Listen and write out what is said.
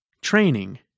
training